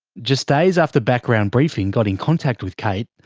just days after background briefing got in contact with kate,